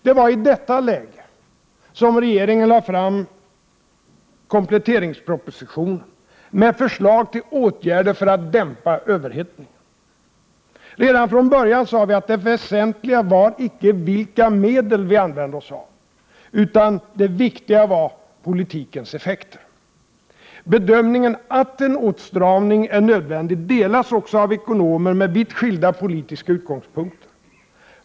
Det var i detta läge som regeringen lade fram kompletteringspropositionen med förslag till åtgärder för att dämpa överhettningen. Redan från början sade vi att det väsentliga inte var vilka medel vi använde oss av, utan det viktiga var politikens effekter. Bedömningen att en åtstramning är nödvändig delas också av ekonomer med vitt skilda politiska utgångspunkter.